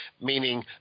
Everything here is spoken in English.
meaning